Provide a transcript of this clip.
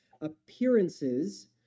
appearances